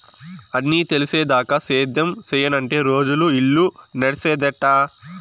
అన్నీ తెలిసేదాకా సేద్యం సెయ్యనంటే రోజులు, ఇల్లు నడిసేదెట్టా